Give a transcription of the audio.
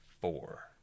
four